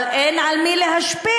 אבל אין על מי להשפיע,